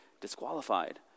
disqualified